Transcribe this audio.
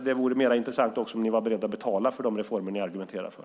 Det vore mer intressant om ni var beredda att betala för de reformer som ni argumenterar för.